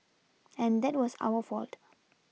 and that was our fault